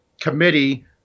committee